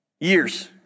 years